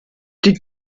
die